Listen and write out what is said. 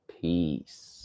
Peace